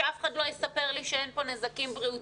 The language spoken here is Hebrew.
שאף אחד לא יספר לי שאין פה נזקים בריאותיים